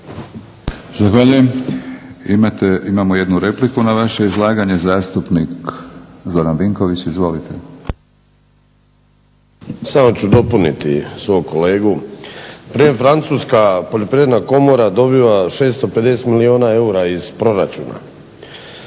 Zahvaljujem. Imamo jednu repliku na vaše izlaganje. Zastupnik Zoran Vinković, izvolite. **Vinković, Zoran (HDSSB)** Samo ću dopuniti svog kolegu. Na primjer Francuska poljoprivredna komora dobiva 650 milijuna eura iz proračuna.